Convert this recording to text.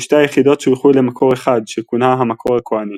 ושתי היחידות שויכו למקור אחד, שכונה המקור הכהני.